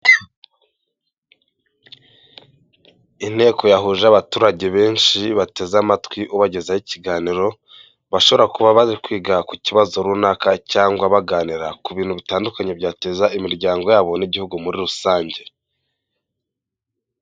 Inteko yahuje abaturage benshi bateze amatwi ubagezaho ikiganiro, bashobora kuba bari kwiga ku kibazo runaka cyangwa baganira ku bintu bitandukanye byateza imiryango yabo n'igihugu muri rusange.